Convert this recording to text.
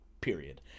period